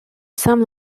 some